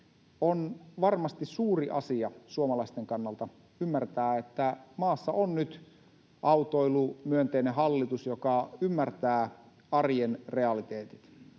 on varmasti suuri asia suomalaisten kannalta ymmärtää, että maassa on nyt autoilumyönteinen hallitus, joka ymmärtää arjen realiteetit.